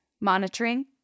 monitoring